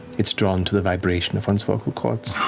it's drawn to the vibration of one's vocal cords.